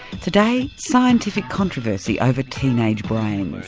today scientific controversy over teenage brains.